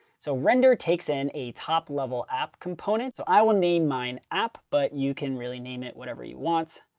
so render takes in a top level app component. so i will name mine app, but you can really name it whatever you want.